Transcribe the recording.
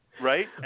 Right